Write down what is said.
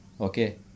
Okay